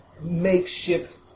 makeshift